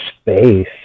space